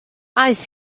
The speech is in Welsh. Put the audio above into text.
aeth